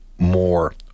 more